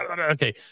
Okay